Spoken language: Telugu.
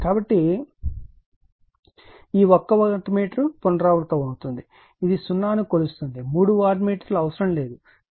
కాబట్టి ఈ ఒక్క వాట్ మీటర్ పునరావృతమవుతుంది ఇది 0 ను కొలుస్తుంది మూడు వాట్ మీటర్ లు అవసరం లేదు